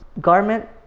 garment